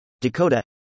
Dakota